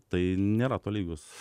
tai nėra tolygus